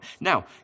Now